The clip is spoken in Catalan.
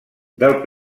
del